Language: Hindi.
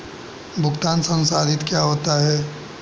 भुगतान संसाधित क्या होता है?